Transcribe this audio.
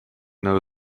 know